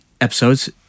episodes